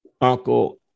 uncle